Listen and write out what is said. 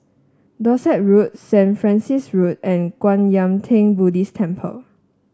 Dorset Road St Francis Road and Kwan Yam Theng Buddhist Temple